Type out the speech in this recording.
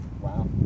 wow